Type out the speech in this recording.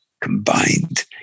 combined